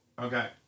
Okay